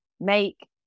make